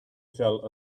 fell